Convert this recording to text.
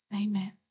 amen